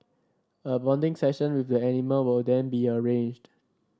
a bonding session with the animal will then be arranged